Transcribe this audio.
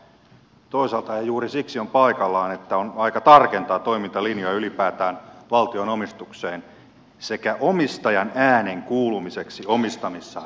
toisaalta ja juuri siksi on paikallaan että on aika tarkentaa toimintalinjoja ylipäätään valtion omistukseen sekä omistajan äänen kuulumiseen omistamissaan yhtiöissä